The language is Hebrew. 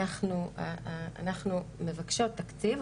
אנחנו מבקשות תקציב,